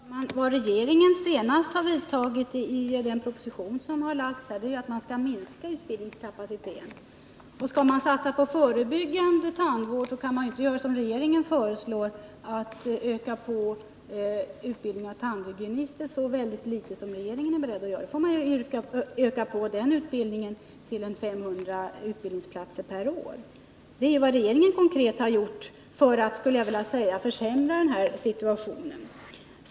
Herr talman! Vad regeringen senast föreslagit i den proposition som lagts Måndagen den fram är ju att man skall minska utbildningskapaciteten. Och skall man satsa 12 maj 1980 på förebyggande tandvård kan man inte göra som regeringen föreslår. Man kan inte öka utbildningen av tandhygienister så väldigt mycket som regeringen är beredd att göra — då får man öka utbildningen till 500 utbildningsplatser per år. Det är vad regeringen konkret har gjort för att, skulle jag vilja säga, försämra situationen.